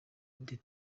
des